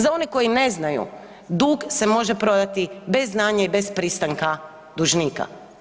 Za one koji ne znaju dug se može prodati bez znanja i bez pristanka dužnika.